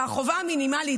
והחובה המינימלית,